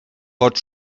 pot